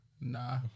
Nah